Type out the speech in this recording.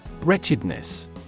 Wretchedness